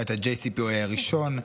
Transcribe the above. היה את ה-JCPOA הראשון,